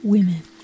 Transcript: Women